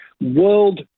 world